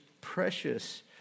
precious